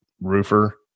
roofer